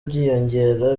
byiyongera